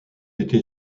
été